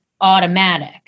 automatic